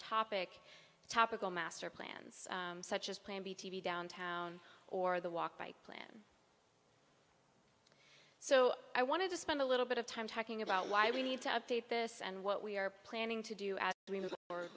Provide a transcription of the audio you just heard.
topic topical master plans such as plan b t v downtown or the walk by plan so i wanted to spend a little bit of time talking about why we need to update this and what we are planning to do